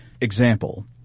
Example